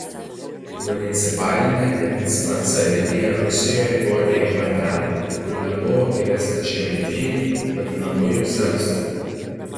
municipalinė medicina carinėje rusijoje buvo diegiama ten kur nebuvo įvesta žemietijų vadinamųjų zemstvų